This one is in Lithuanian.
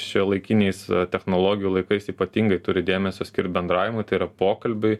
šiuolaikiniais technologijų laikais ypatingai turi dėmesio skirt bendravimui tai yra pokalbiui